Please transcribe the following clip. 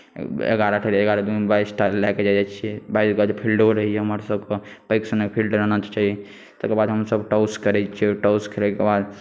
एगारहटा एगारह दूनि बाइसटा लएके जाइत छियै बड़का फील्डो रहैए हमर सभके पैघ सनक फिल्ड रहना चाही तकर बाद हमसभ टॉस करैत छियै टॉस खेलैके बाद